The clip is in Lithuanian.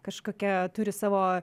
kažkokią turi savo